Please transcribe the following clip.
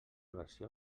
versió